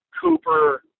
Cooper